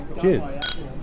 Cheers